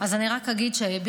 אז אני רק אגיד שבכלל,